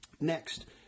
Next